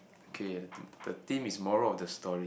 okay as in the theme is moral of the story